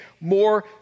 More